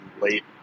late